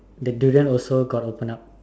the durian also got open up